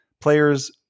players